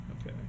Okay